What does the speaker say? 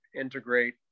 integrate